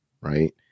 right